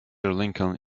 lincoln